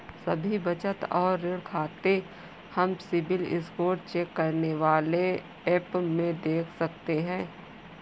सभी बचत और ऋण खाते हम सिबिल स्कोर चेक करने वाले एप में देख सकते है